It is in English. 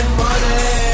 money